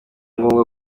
ngombwa